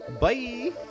bye